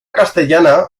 castellana